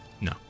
No